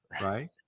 Right